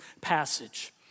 passage